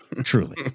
truly